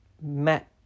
met